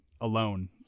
alone